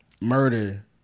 murder